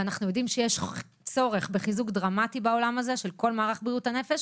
אנחנו יודעים שיש צורך בחיזוק דרמטי בעולם הזה של כל מערך בריאות הנפש,